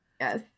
Yes